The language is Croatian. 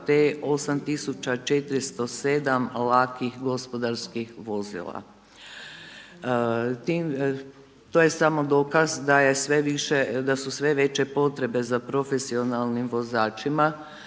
te 8407 lakih gospodarskih vozila. To je samo dokaza da je sve više, da su sve veće potrebe za profesionalnim vozačima.